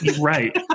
Right